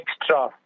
extra